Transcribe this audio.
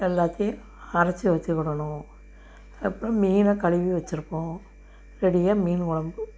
எல்லாத்தையும் அரைச்சி வச்சிக்கிணும் அப்புறம் மீனை கழுவி வச்சுருப்போம் ரெடியாக மீன் கொழம்பு